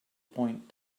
point